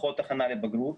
פחות הכנה לבגרות